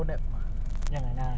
satu jam